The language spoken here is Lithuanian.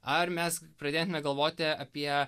ar mes pradetume galvoti apie